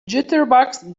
jitterbugs